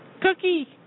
Cookie